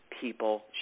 people